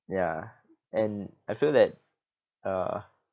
ya and I feel that uh